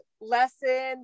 lesson